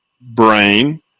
brain